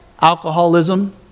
alcoholism